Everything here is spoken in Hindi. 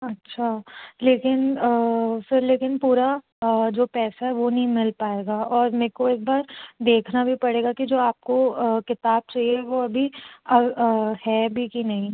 अच्छा लेकिन फिर लेकिन पूरा जो पैसा है वो नहीं मिल पाएगा और मेको एक बार देखना भी पड़ेगा कि जो आपको किताब चाहिए वो अभी अब है भी कि नहीं